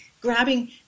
grabbing